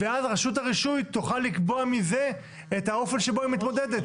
ואז רשות הרישוי תוכל לקבוע מזה את האופן שבו היא מתמודדת.